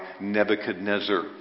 Nebuchadnezzar